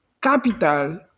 capital